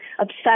obsessed